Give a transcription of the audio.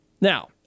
Now